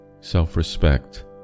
self-respect